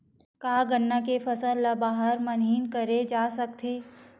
का गन्ना के फसल ल बारह महीन करे जा सकथे?